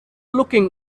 looking